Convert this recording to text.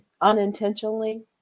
unintentionally